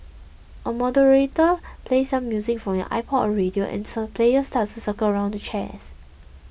a moderator plays some music from your iPod or radio and players starts circle around chairs